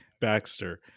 Baxter